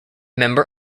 member